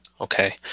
Okay